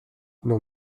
non